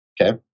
Okay